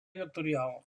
vectorial